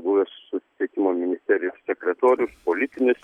buvęs susisiekimo ministerijos sekretorius politinis